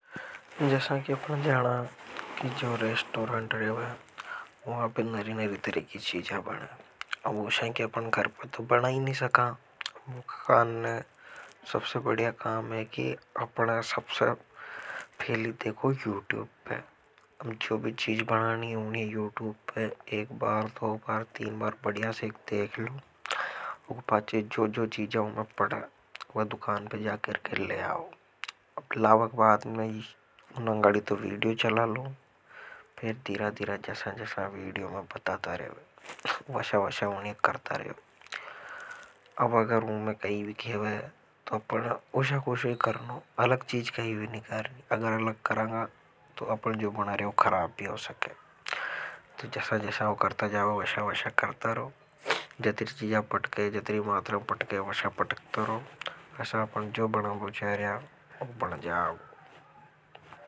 जैसा कि अपना ज़्यादा की जो रेस्टोरंटर है। वहां पर नरी नरी तरह की चीजें बने अब वोशिकी अपने घर पर तो बना ही नहीं सका। वह कान सबसे बढ़िया काम है कि अपना सबसे पहली देखो यूट्यूब पर अब। जो भी चीज बनानी होनी है यूट्यूब एक बार तो पार तीन बार बढ़िया से देख लूं वह पांचे जो जो चीज होने पड़ा वह दुकान पर जा करके ले आओ। अब लावक बाद में नंगड़ी तो वीडियो चला लो फेर धीरा धीरा जसा जसा वीडियो में बताता रेवे वसा वसा उन्हीं करता रिवो। अब अगर ऊमें कई भी खेवे है। तो अपना उस कोशिश करना अलग चीज का यूज नि करनी अगर अलग करेंगा तो अपनी जो बना रिया। वह कराब भी हो सके तो जैसा-जैसा वह करता है वह शकर तरह जैतरि चीजा पड़के जत्री मात्रा में पड़केवसा पटकता रो असा अपन जो बनावों चा रिया वह जा गोै।